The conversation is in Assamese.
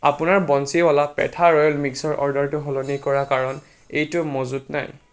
আপোনাৰ বন্সীৱালা পেথা ৰয়েল মিক্সৰ অৰ্ডাৰটো সলনি কৰা কাৰণ এইটো মজুত নাই